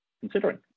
considering